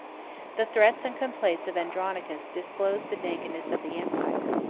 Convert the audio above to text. the threats and complaints of andronicus disclosed the nakedness of the empire.